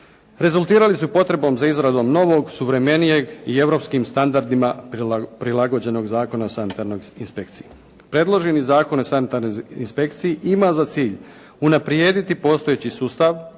rezultirali su potrebom za izradom novog suvremenijeg i europskim standardima prilagođenog Zakona o sanitarnoj inspekciji. Predloženi Zakon o sanitarnoj inspekciji ima za cilj unaprijediti postojeći sustav,